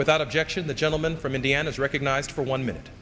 without objection the gentleman from indiana is recognized for one minute